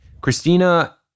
Christina